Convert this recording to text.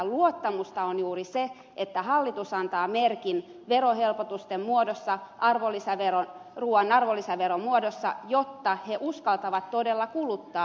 luottamusta on juuri se että hallitus antaa merkin verohelpotusten muodossa ruuan arvonlisäveron muodossa jotta uskalletaan todella kuluttaa